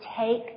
take